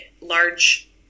large